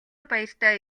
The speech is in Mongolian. баяртай